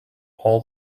all